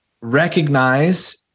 recognize